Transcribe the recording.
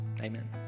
Amen